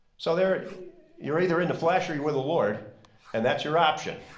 so there you're either in the flasher you with the lord and that's your option.